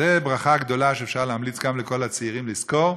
זו ברכה גדולה שאפשר להמליץ גם לכל הצעירים לזכור,